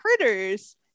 critters